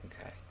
okay